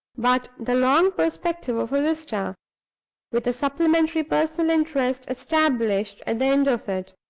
but the long perspective of a vista, with a supplementary personal interest established at the end of it.